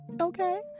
okay